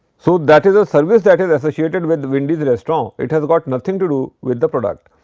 so, that is a service that is associated with wendy's restaurant. it has got nothing to do with the product.